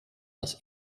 das